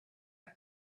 are